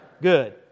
good